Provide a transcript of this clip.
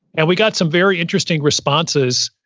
and we got some very interesting responses.